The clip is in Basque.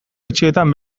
etxeetan